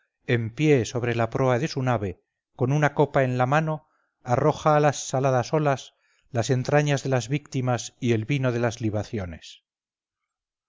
en pie sobre la proa de su nave con una copa en la mano arroja a las saladas olas las entrañas de las víctimas y el vino de las libaciones